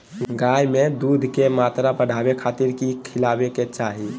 गाय में दूध के मात्रा बढ़ावे खातिर कि खिलावे के चाही?